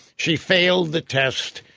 she failed the test.